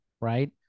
Right